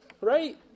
right